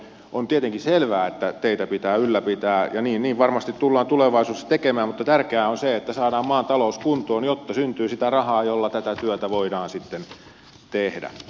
on tietenkin selvää että teitä pitää ylläpitää ja niin varmasti tullaan tulevaisuudessa tekemään mutta tärkeää on se että saadaan maan talous kuntoon jotta syntyy sitä rahaa jolla tätä työtä voidaan sitten tehdä